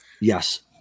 yes